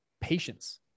patience